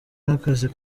n’akazi